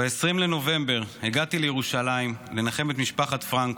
ב-20 בנובמבר הגעתי לירושלים לנחם את משפחת פרנקו.